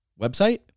website